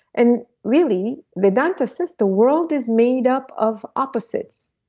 and really vedanta says the world is made up of opposites